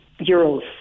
euros